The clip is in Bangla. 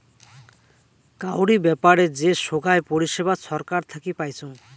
কাউরি ব্যাপারে যে সোগায় পরিষেবা ছরকার থাকি পাইচুঙ